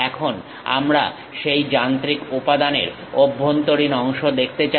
এখন আমরা সেই যান্ত্রিক উপাদানের অভ্যন্তরীণ অংশ দেখতে চাইবো